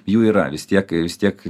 jų yra tiek vis tiek